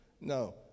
No